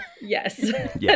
Yes